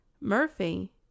Murphy